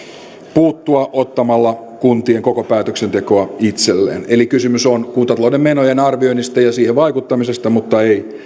puuttua ottamalla kuntien koko päätöksentekoa itselleen eli kysymys on kuntatalouden menojen arvioinnista ja siihen vaikuttamisesta mutta ei